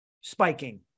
spiking